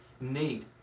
need